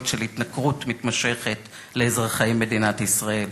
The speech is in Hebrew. של התנכרות מתמשכת לאזרחי מדינת ישראל.